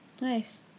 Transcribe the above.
Nice